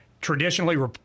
traditionally